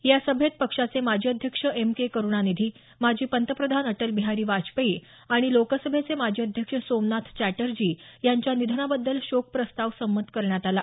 या सभेत पक्षाचे माजी अध्यक्ष एम के करुणानिधी माजी पंतप्रधान अटल बिहारी वाजपेयी आणि लोकसभेचे माजी अध्यक्ष सोमनाथ चॅटर्जी यांच्या निधनाबद्दल शोक प्रस्ताव संमत करण्यात आला